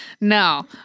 No